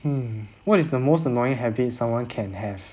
hmm what is the most annoying habit someone can have